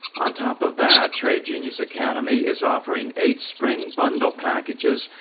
on top of that, trade genius academy is offering eight spring bundle packages,